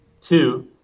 Two